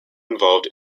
involved